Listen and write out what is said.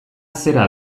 zera